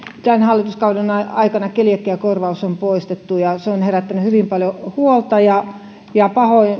tämän hallituskauden aikana keliakiakorvaus on poistettu se on herättänyt hyvin paljon huolta ja ja